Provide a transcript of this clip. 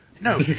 No